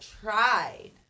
tried